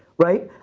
right.